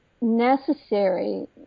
necessary